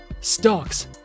Stocks